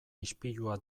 ispilua